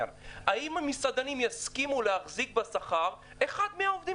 האם המסעדנים יסכימו להעסיק בשכר אחד מהעובדים